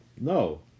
No